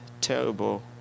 terrible